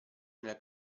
nella